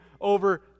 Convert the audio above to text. over